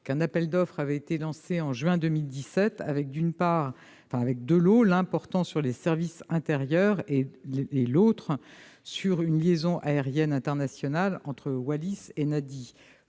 Un appel d'offres avait été lancé en juin 2017, avec deux lots, portant l'un sur les services intérieurs, l'autre sur une liaison aérienne internationale entre Wallis et Nadi.